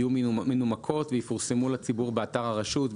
יהיו מנומקות ויפורסמו לציבור באתר הרשות.